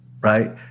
Right